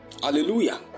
Hallelujah